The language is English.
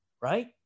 right